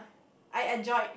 I enjoyed